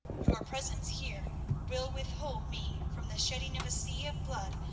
your presence here will withhold me from the shedding of a sea of blood,